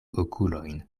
okulojn